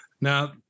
Now